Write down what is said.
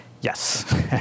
Yes